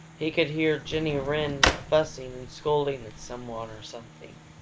he could hear jenny wren fussing and scolding at someone or something,